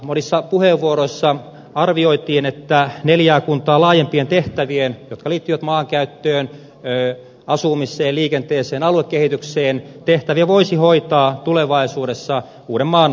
monissa puheenvuoroissa arvioitiin että neljää kuntaa laajempia tehtäviä jotka liittyvät maankäyttöön asumiseen liikenteeseen ja aluekehitykseen voisi hoitaa tulevaisuudessa uudenmaan liitto